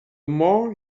more